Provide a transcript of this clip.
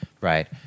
Right